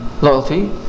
loyalty